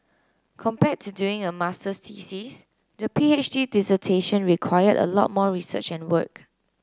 compared to doing a masters thesis the P H D dissertation required a lot more research and work